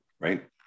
Right